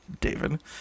David